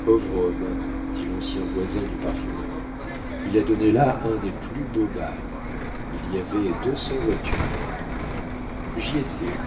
pauvre homme dit l'ancien voisin du parfumeur il a donné là un des plus beaux bals il y avait deux cents voitures j'y étais